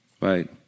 Right